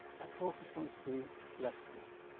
that's all he's going to be left with.